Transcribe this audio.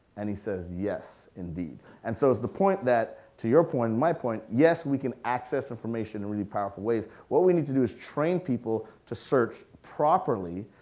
and he says yes indeed. and so as the point that, to your point and my point, yes we can access information in really powerful ways, what we need to do is train people to search properly,